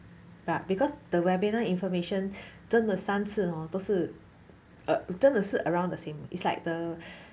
but because the relevant information 真的三次 hor 都是真的是 around the same is like the